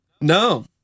No